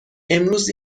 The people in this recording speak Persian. امروز